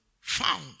Found